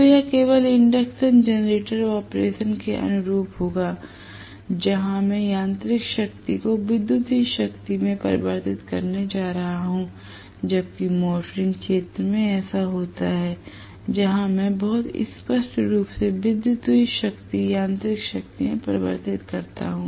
तो यह केवल इंडक्शन जनरेटर ऑपरेशन के अनुरूप होगा जहां मैं यांत्रिक शक्ति को विद्युत शक्ति में परिवर्तित करने जा रहा हूं जबकि मोटरिंग क्षेत्र में ऐसा होता है जहां मैं बहुत स्पष्ट रूप से विद्युत शक्ति यांत्रिक शक्ति में परिवर्तित करता हूं